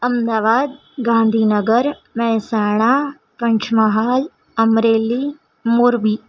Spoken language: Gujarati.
અમદાવાદ ગાંધીનગર મહેસાણા પંચમહાલ અમરેલી મોરબી